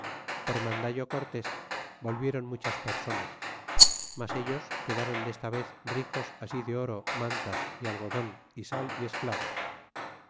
por mandallo cortés volvieron muchas personas mas ellos quedaron desta vez ricos así de oro é mantas é algodon y sal e esclavos